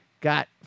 got